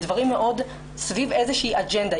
בדברים שהם סביב איזושהי אג'נדה.